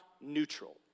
neutral